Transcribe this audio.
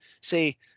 say